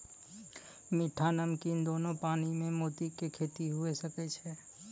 मीठा, नमकीन दोनो पानी में मोती के खेती हुवे सकै छै